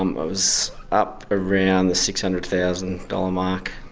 um was up around the six hundred thousand dollars mark.